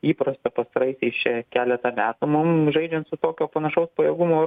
įprasta pastaraisiais šią keletą metų mum žaidžiant su tokio panašaus pajėgumo